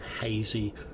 hazy